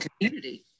community